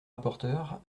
rapporteur